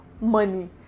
money